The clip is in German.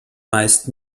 meist